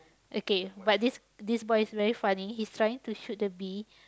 okay but this this boy is very funny he's trying to shoot the bee